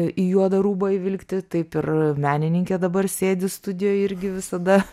į juodą rūbą įvilkti taip ir menininkė dabar sėdi studijoje irgi visada